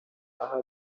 aha